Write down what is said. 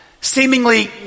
seemingly